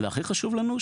הכי חשוב לנו,